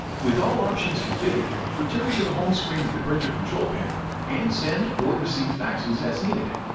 with all options configured, return to the home screen of the printer control panel and send or receive faxes as needed.